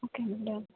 okay done